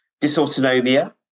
dysautonomia